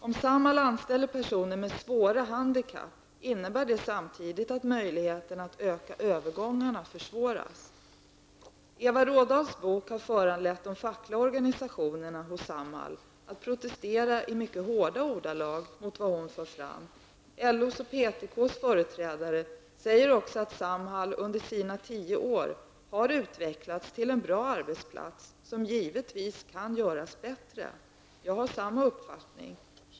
Om Samhall anställer personer med svåra handikapp innebär det samtidigt att möjligheterna att öka övergångarna försvåras. Eva Rådahls bok har föranlett de fackliga organisationerna hos Samhall att protestera i mycket hårda ordalag mot vad hon för fram. LOs och PTKs företrädare säger också att Samhall under sina tio år har utvecklats till en bra arbetsplats, som givetvis kan göras bättre. Jag har samma uppfattning.